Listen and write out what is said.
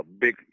big